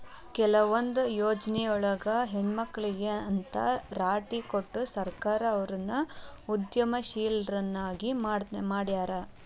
ಕೆಲವೊಂದ್ ಯೊಜ್ನಿಯೊಳಗ ಹೆಣ್ಮಕ್ಳಿಗೆ ಅಂತ್ ರಾಟಿ ಕೊಟ್ಟು ಸರ್ಕಾರ ಅವ್ರನ್ನ ಉದ್ಯಮಶೇಲ್ರನ್ನಾಗಿ ಮಾಡ್ಯಾರ